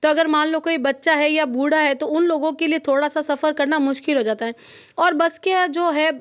तो अगर मान लो कोई बच्चा है या बूढा है तो उन लोगों के लिए थोड़ा सा सफ़र करना मुश्किल हो जाता है और बस के जो है